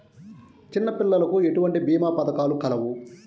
చిన్నపిల్లలకు ఎటువంటి భీమా పథకాలు కలవు?